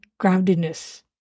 groundedness